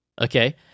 okay